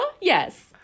Yes